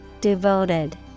DEVOTED